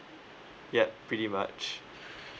yup pretty much